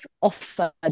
offer